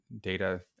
data